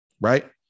right